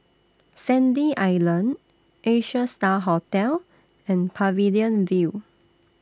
Sandy Island Asia STAR Hotel and Pavilion View